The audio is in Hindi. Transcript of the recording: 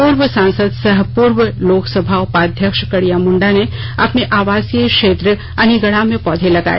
पूर्व सांसद सह पूर्व लोकसभा उपाध्यक्ष कड़िया मुंडा ने अपने आवासीय क्षेत्र अनिगड़ा में पौधे लगाए